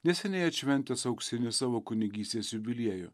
neseniai atšventęs auksiniu savo kunigystės jubilieju